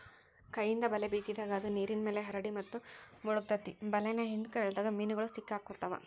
ಕೈಯಿಂದ ಬಲೆ ಬೇಸಿದಾಗ, ಅದು ನೇರಿನ್ಮ್ಯಾಲೆ ಹರಡಿ ಮತ್ತು ಮುಳಗತೆತಿ ಬಲೇನ ಹಿಂದ್ಕ ಎಳದಾಗ ಮೇನುಗಳು ಸಿಕ್ಕಾಕೊತಾವ